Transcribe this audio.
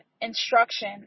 instruction